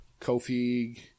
Kofi